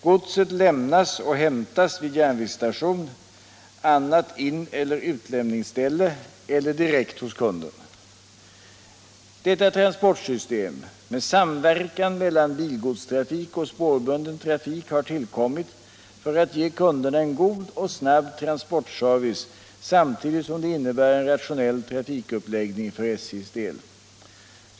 Godset lämnas och hämtas vid järnvägsstation, annat in eller utlämningsställe eller direkt hos kunden. Detta transportsystem med samverkan mellan bilgodstrafik och spårbunden trafik har tillkommit för att ge kunderna en god och snabb transportservice samtidigt som det innebär en rationell trafikuppläggning för SJ:s del.